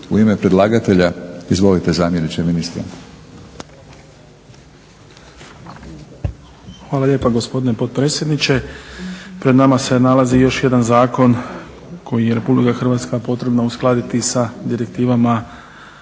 U ime predlagatelja izvolite zamjeniče ministra. **Lalovac, Boris** Hvala lijepa gospodine predsjedniče. Pred nama se nalazi još jedan zakon koji je RH potrebna uskladiti sa Direktivama EU,